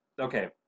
okay